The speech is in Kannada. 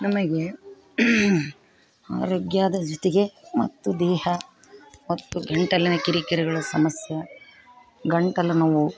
ನಮಗೆ ಆರೋಗ್ಯದ ಜೊತೆಗೆ ಮತ್ತು ದೇಹ ಮತ್ತು ಗಂಟಲಿನ ಕಿರಿಕಿರಿಗಳ ಸಮಸ್ಯೆ ಗಂಟಲು ನೋವು